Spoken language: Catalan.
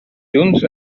junts